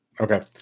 okay